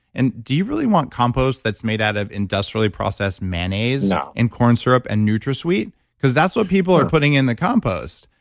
and do you really want compost that's made out of industrially processed mayonnaise and corn syrup and nutrasweet? no because that's what people are putting in the compost.